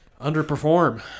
underperform